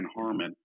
Harmon